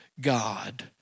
God